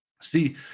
See